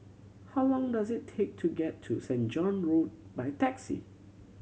how long does it take to get to Saint John Road by taxi